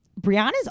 Brianna's